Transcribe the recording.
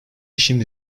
şimdi